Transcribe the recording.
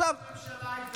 איזו ממשלה הייתה פה?